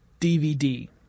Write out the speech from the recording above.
DVD